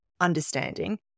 understanding